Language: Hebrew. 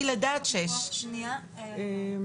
מלידה עד 6. כאמור,